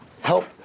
Help